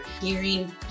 hearing